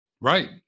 Right